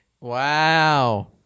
Wow